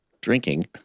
drinking